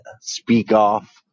speak-off